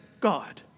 God